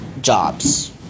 jobs